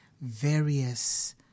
various